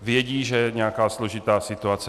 Vědí, že je nějaká složitá situace.